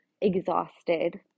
exhausted